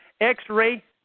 X-ray